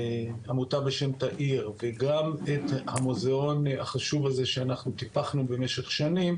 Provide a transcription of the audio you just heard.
עמותה בשם 'תאיר' וגם את המוזיאון החשוב הזה שאנחנו טיפחנו במשך שנים,